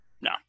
No